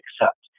accept